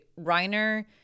Reiner